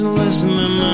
listening